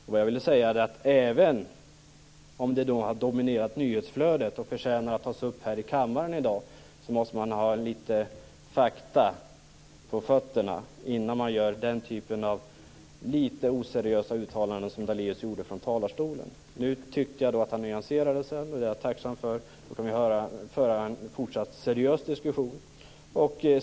Det jag ville säga var att även om detta har dominerat nyhetsflödet och förtjänar att tas upp här i kammaren i dag måste man ha litet fakta på fötterna innan man gör den typen av litet oseriösa uttalanden som Daléus gjorde från talarstolen. Nu tyckte jag att han nyanserade sig. Det är jag tacksam för. Då kan vi föra en fortsatt seriös diskussion.